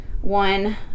one